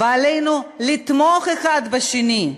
ועלינו לתמוך האחד בשני,